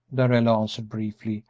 darrell answered, briefly,